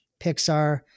Pixar